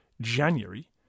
January